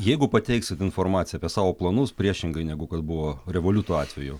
jeigu pateiksit informaciją apie savo planus priešingai negu kad buvo revoliuto atveju